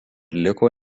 liko